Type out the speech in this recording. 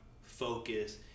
focus